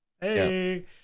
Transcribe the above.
Hey